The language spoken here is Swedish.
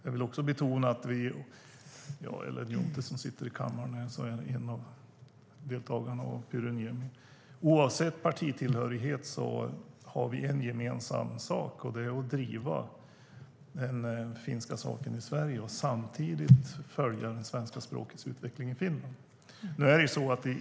Ellen Juntti, som nu sitter i kammaren, liksom Pyry Niemi hör till medlemmarna. Oavsett partitillhörighet har vi en gemensam sak, och det är att driva den finska frågan i Sverige och samtidigt följa det svenska språkets utveckling i Finland.